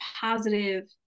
positive